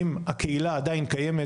אם הקהילה עדיין קיימת,